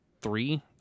Three